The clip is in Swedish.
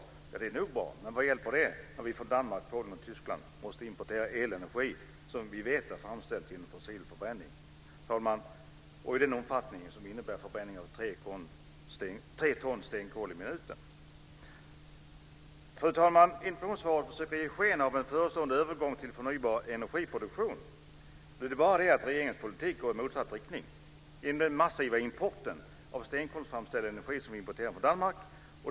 Det är nog bra, men vad hjälper det, fru talman, när vi från Danmark, Polen och Tyskland måste importera elenergi som vi vet är framställd genom fossil förbränning och det i en omfattning som innebär förbränning av tre ton stenkol i minuten. Fru talman! Interpellationssvaret försöker ge sken av en förestående övergång till förnybar energiproduktion. Det är bara det att regeringens politik går i motsatt riktning genom den massiva importen av stenkolsframställd energi som vi importerar från Danmark.